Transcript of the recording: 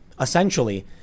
essentially